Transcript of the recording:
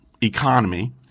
economy